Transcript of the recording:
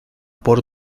por